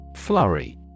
Flurry